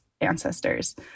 ancestors